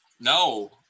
No